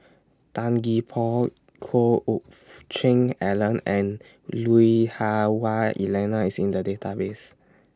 Tan Gee Paw Choe Fook Cheong Alan and Lui Hah Wah Elena IS in The Database